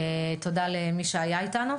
תודה למי שהיה איתנו.